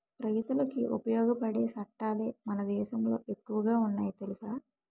రైతులకి ఉపయోగపడే సట్టాలే మన దేశంలో ఎక్కువ ఉన్నాయి తెలుసా